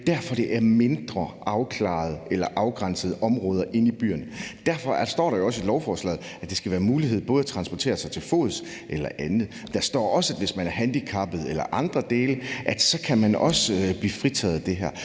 derfor, det er mindre, afgrænsede områder inde i byerne. Derfor står der jo også i lovforslaget, at der skal være mulighed for både at transportere sig til fods og på anden måde. Der står også, at hvis man er handicappet eller der er andre forhold, kan man også blive fritaget for det her.